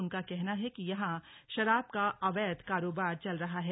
उनका कहना है कि यहां शराब का अवैध कारोबार चल रहा है